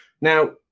Now